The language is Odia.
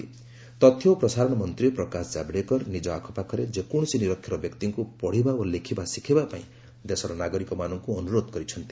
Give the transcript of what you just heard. ଜାଭେଡକର ଲିଟେରାନ୍ନ ତଥ୍ୟ ଓ ପ୍ରସାରଣ ମନ୍ତ୍ରୀ ପ୍ରକାଶ ଜାଭେଡକର ନିଜ ଆଖପାଖରେ ଯେକୌଣସି ନିରକ୍ଷର ବ୍ୟକ୍ତିଙ୍କୁ ପଢ଼ିବା ଓ ଲେଖିବା ଶିଖାଇବା ପାଇଁ ଦେଶର ନାଗରିକମାନଙ୍କୁ ଅନୁରୋଧ କରିଛନ୍ତି